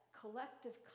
collective